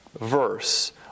verse